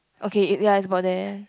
okay it ya it's about there